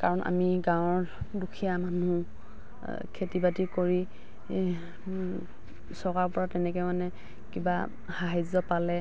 কাৰণ আমি গাঁৱৰ দুখীয়া মানুহ খেতি বাতি কৰি চৰকাৰৰ পৰা তেনেকে মানে কিবা সাহাৰ্য পালে